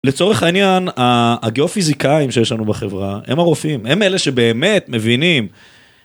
לצורך העניין הגיאופיזיקאים שיש לנו בחברה הם הרופאים הם אלה שבאמת מבינים.